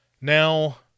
Now